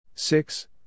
Six